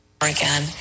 again